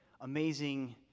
amazing